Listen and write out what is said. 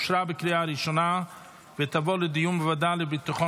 אושרה בקריאה ראשונה ותעבור לדיון בוועדה לביטחון